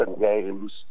games